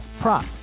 prop